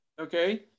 okay